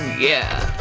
yeah.